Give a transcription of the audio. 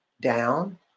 down